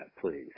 please